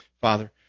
Father